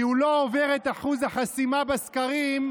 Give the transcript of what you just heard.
כי הוא לא עובר את אחוז החסימה בסקרים,